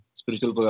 spiritual